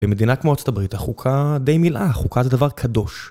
במדינה כמו ארה״ב החוקה די מילאה, החוקה זה דבר קדוש.